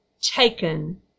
taken